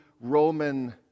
roman